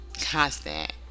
Constant